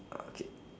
okay